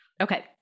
Okay